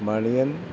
Maniyan